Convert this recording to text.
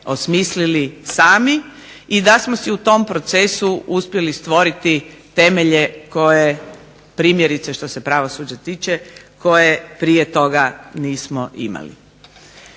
osmislili sami i da smo si u tom procesu uspjeli stvoriti temelje, primjerice što se pravosuđa tiče, koje prije toga nismo imali.